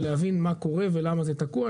להבין מה קורה ולמה זה תקוע.